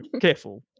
careful